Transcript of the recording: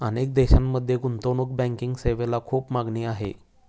अनेक देशांमध्ये गुंतवणूक बँकिंग सेवेला खूप मागणी आहे